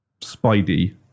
Spidey